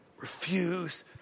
refuse